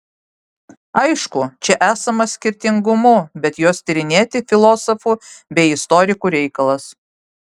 aišku čia esama skirtingumų bet juos tyrinėti filosofų bei istorikų reikalas